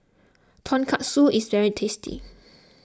Tonkatsu is very tasty